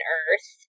earth